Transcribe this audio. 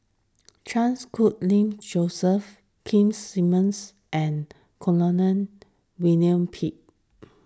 Chans Khun Ling Joseph Keith Simmons and William Pett